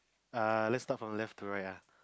err lets start from the left to right ah